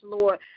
Lord